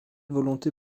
volonté